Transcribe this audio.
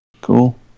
Cool